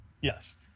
Yes